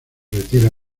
retira